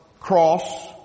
cross